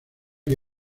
que